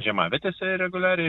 žiemavietėse ir reguliariai